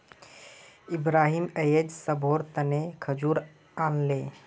इब्राहिम अयेज सभारो तने खजूर आनले